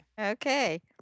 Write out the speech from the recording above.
Okay